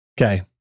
Okay